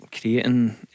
creating